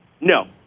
No